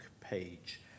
page